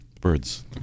Birds